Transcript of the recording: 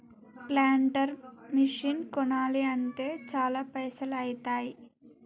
planter machine కొనాలి అంటే చాల పైసల్ ఐతాయ్